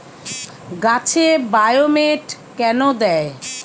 গাছে বায়োমেট কেন দেয়?